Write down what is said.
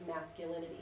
masculinity